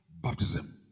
Baptism